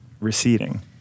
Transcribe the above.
receding